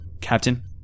Captain